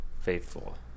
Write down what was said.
faithful